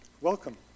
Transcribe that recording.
Welcome